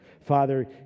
Father